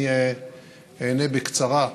אני אענה בקצרה.